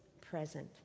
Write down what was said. present